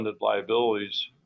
liabilities